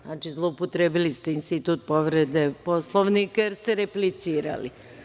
Znači, zloupotrebili ste institut povrede Poslovnika, jer ste replicirali.